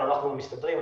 אנחנו מסתדרים,